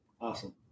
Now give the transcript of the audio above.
Awesome